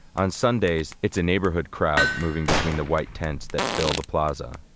on sundays, it's a neighborhood crowd moving between the white tents that fill the plaza,